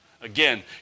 Again